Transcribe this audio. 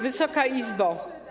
Wysoka Izbo!